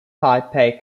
taipei